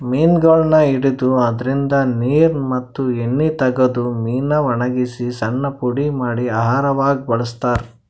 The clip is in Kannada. ಮೀನಗೊಳನ್ನ್ ಹಿಡದು ಅದ್ರಿನ್ದ ನೀರ್ ಮತ್ತ್ ಎಣ್ಣಿ ತಗದು ಮೀನಾ ವಣಗಸಿ ಸಣ್ಣ್ ಪುಡಿ ಮಾಡಿ ಆಹಾರವಾಗ್ ಬಳಸ್ತಾರಾ